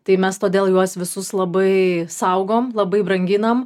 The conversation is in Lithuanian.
tai mes todėl juos visus labai saugom labai branginam